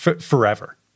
forever